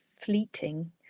fleeting